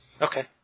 Okay